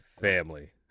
Family